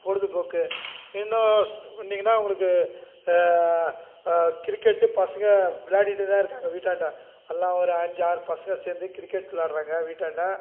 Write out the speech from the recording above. பொழுதுபோக்கு இன்னும் சொன்னிங்கன்னால் உங்களுக்கு கிரிக்கெட்டு பசங்கள் விளையாடிகிட்டு தான் இருக்காங்க வீட்டாண்ட எல்லாம் ஒரு அஞ்சு ஆறு பசங்கள் சேர்ந்து கிரிக்கெட் விளாடுறாங்க வீட்டாண்ட